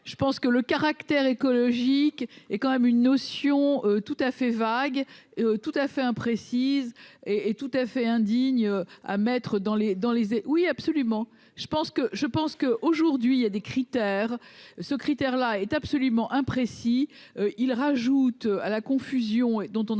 je pense que le caractère écologique est quand même une notion tout à fait vagues tout à fait imprécise et et tout à fait indigne à mettre dans les dans les hé oui absolument, je pense que je pense que, aujourd'hui, il y a des critères ce critère-là est absolument imprécis, il rajoute à la confusion et dont on a